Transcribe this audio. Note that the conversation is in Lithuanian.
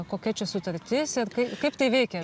kokia čia sutartis ir kaip kai tai veikia